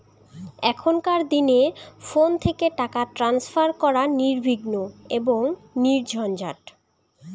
এখনকার দিনে ফোন থেকে টাকা ট্রান্সফার করা নির্বিঘ্ন এবং নির্ঝঞ্ঝাট